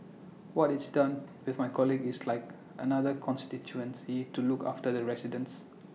what its done with my colleagues is like another constituency to look after the residents